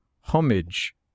homage